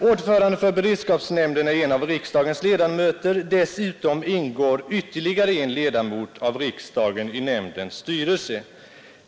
Ordförande för beredskapsnämnden är en av riksdagens ledamöter. Dessutom ingår ytterligare en ledamot av riksdagen i nämndens styrelse.